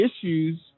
issues